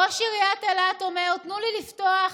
ראש עיריית אילת אומר: תנו לי לפתוח,